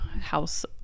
house